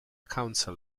council